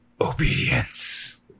obedience